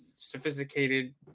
sophisticated